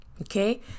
Okay